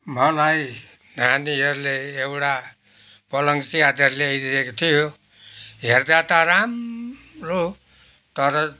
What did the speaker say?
मलाई नानीहरूले एउटा पलङ च्यादर ल्याइदिएको थियो हेर्दा त राम्रो तर